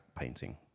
painting